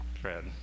Fred